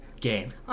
game